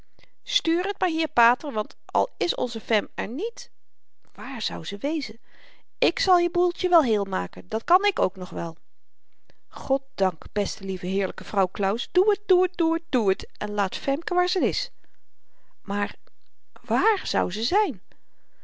stuur t maar hier pater want al is onze fem er niet wààr zou ze wezen ik zal je boeltje wel heel maken dat kan ik ook nog wel goddank beste lieve heerlyke vrouw claus doe het doe het doe het en laat femke waar ze n is maar wààr zou ze zyn